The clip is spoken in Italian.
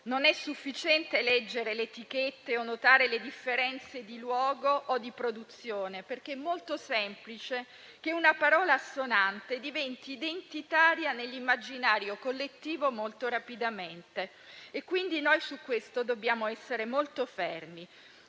Non è sufficiente leggere le etichette o notare le differenze di luogo o di produzione, perché è molto semplice che una parola assonante diventi molto rapidamente identitaria nell'immaginario collettivo. Noi su questo dobbiamo essere molto fermi